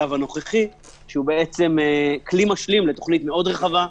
לפיו שר המשפטים יכול לקבוע על עבירה פלילית קיימת שהיא עבירת קנס,